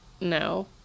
no